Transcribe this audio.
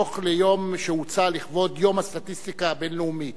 דוח שהוצא לכבוד יום הסטטיסטיקה הבין-לאומי,